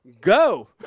Go